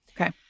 Okay